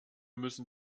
müssen